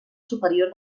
superior